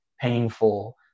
painful